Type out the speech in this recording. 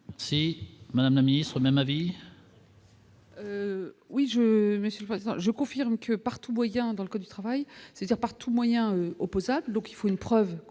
C'est madame la Ministre même avis. Oui, je me suis je confirme que, par tous moyens dans le code du travail, c'est-à-dire par tous moyens opposable, donc il faut une preuve